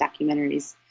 documentaries